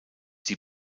die